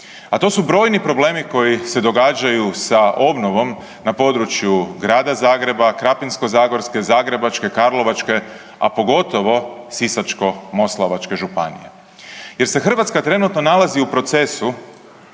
a to su brojni problemi koji se događaju sa obnovom na području Grada Zagreba, Krapinsko-zagorske, Zagrebačke, Karlovačke, a pogotovo Sisačko-moslavačke županije jer se Hrvatska trenutno nalazi u procesu,